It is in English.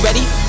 Ready